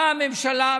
באה הממשלה,